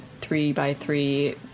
three-by-three